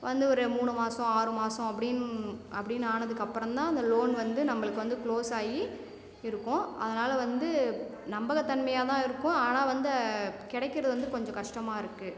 வந்து ஒரு மூணு மாதம் ஆறு மாதம் அப்படின் அப்படின்னு ஆனதுக்கப்பறம்தான் அந்த லோன் வந்து நம்பளுக்கு வந்து க்ளோஸ் ஆயி இருக்கும் அதனால் வந்து நம்பகத்தன்மையாக தான் இருக்கும் ஆனால் வந்து கிடக்கிறது வந்து கொஞ்சம் கஷ்டமாக இருக்கு